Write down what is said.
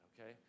okay